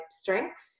strengths